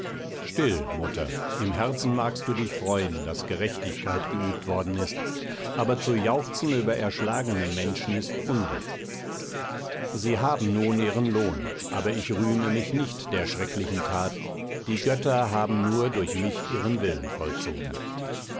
still mutter im herzen magst du dich freuen daß gerechtigkeit geübt worden ist aber zu jauchzen über erschlagene menschen ist unrecht sie haben nun ihren lohn aber ich rühme mich nicht der schrecklichen that die götter haben nur durch mich ihren willen vollzogen